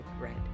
red